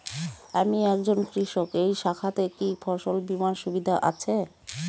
আমি একজন কৃষক এই শাখাতে কি ফসল বীমার সুবিধা আছে?